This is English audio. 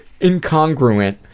incongruent